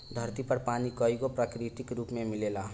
धरती पर पानी कईगो प्राकृतिक रूप में मिलेला